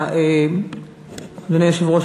אדוני היושב-ראש,